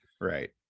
right